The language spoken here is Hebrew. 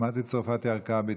מטי צרפתי הרכבי,